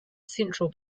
central